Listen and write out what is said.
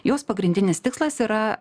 jos pagrindinis tikslas yra